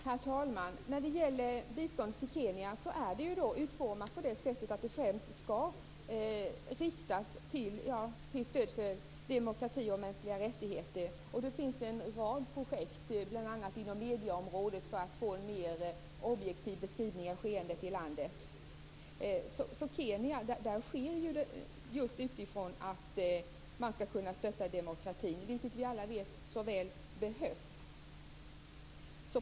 Herr talman! Biståndet till Kenya är utformat på ett sådant sätt att det främst skall riktas till stöd för demokrati och mänskliga rättigheter. Det finns en rad projekt bl.a. inom medieområdet för att man skall få en mer objektiv beskrivning av skeendet i landet. Biståndet till Kenya sker på ett sådant sätt att man skall kunna stötta demokratin, vilket vi alla så väl vet behövs.